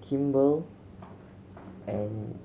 Kimball and